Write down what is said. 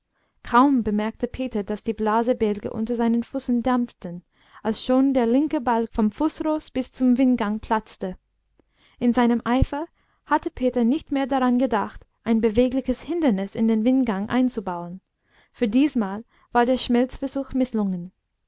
kaum bemerkte peter daß die blasebälge unter seinen füßen dampften als schon der linke balg vom fußrost bis zum windgang platzte in seinem eifer hatte peter nicht mehr daran gedacht ein bewegliches hindernis in den windgang einzubauen für diesmal war der schmelzversuch mißlungen